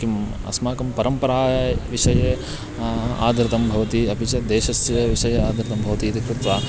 किम् अस्माकं परम्परा विषये आदृतं भवति अपि च देशस्य विषये आदृतं भवति इति कृत्वा